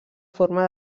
forma